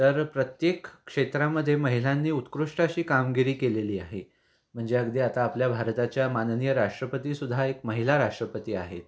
तर प्रत्येक क्षेत्रामध्ये महिलांनी उत्कृष्ट अशी कामगिरी केलेली आहे म्हणजे अगदी आता आपल्या भारताच्या माननीय राष्ट्रपतीसुद्धा एक महिला राष्ट्रपती आहेत